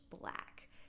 black